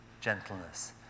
gentleness